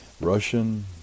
Russian